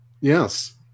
Yes